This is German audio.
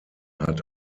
hat